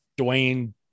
Dwayne